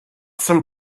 some